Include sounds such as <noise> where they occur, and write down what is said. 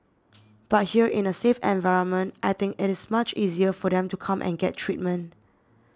<noise> but here in a safe environment I think it is much easier for them to come and get treatment